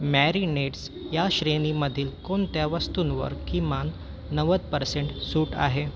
marinades या श्रेणीमधील कोणत्या वस्तूंवर किमान नव्वद पर्सेंट सूट आहे